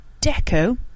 deco